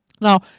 Now